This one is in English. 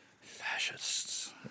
Fascists